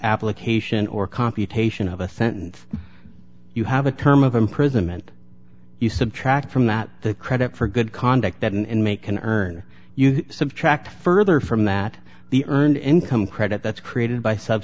application or computation of a sentence you have a term of imprisonment you subtract from that the credit for good conduct that and make can earn you subtract further from that the earned income credit that's created by sub